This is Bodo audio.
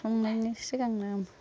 संनायनि सिगांनो